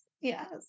Yes